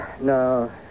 No